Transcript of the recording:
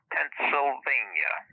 Pennsylvania